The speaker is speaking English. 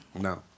No